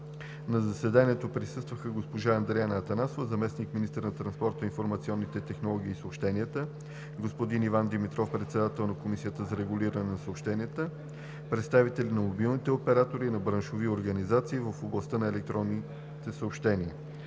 На заседанието присъстваха: госпожа Андреана Атанасова – заместник-министър на транспорта, информационните технологии и съобщенията; господин Иван Димитров – председател на Комисията за регулиране на съобщенията; представители на мобилните оператори и на браншови организации в областта на електронните съобщения.